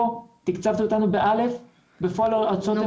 פה תקצבתם אותנו בא' ובפועל ההוצאות יותר גבוהות.